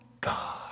God